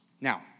Now